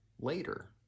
later